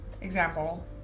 example